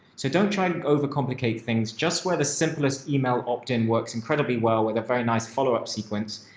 so don't try and over complicate things just where the simplest email opt in works incredibly well with a very nice followup sequence.